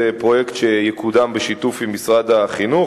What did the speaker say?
זה פרויקט שיקודם בשיתוף עם משרד החינוך.